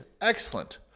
excellent